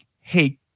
hey